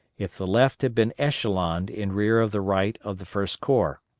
if the left had been echeloned in rear of the right of the first corps,